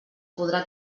podrà